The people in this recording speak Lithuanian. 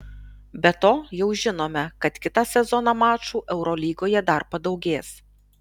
be to jau žinome kad kitą sezoną mačų eurolygoje dar padaugės